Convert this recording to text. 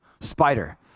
spider